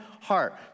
heart